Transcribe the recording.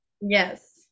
Yes